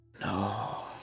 No